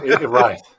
right